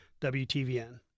WTVN